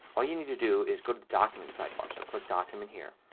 all you need to do is go to the documents sidebar. so click document here.